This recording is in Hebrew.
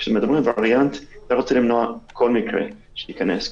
כשמדברים על וריאנט אתה רוצה למנוע כל מקרה שייכנס,